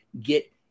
get